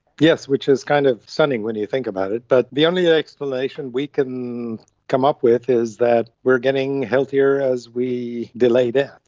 yes, which is kind of stunning when you think about it. but the only explanation we can come up with is that we are getting healthier as we delay death.